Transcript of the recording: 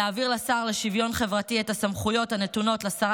1. להעביר לשר לשוויון חברתי את הסמכויות הנתונות לשרה